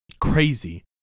crazy